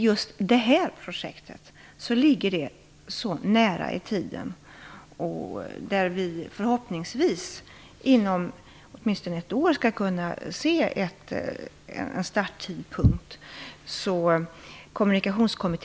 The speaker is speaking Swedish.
Just det här projektet ligger så nära i tiden - vi skall förhoppningsvis inom åtminstone ett år kunna se en starttidpunkt.